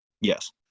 Yes